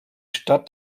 stadt